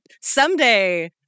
Someday